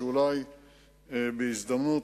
ואולי בהזדמנות,